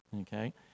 Okay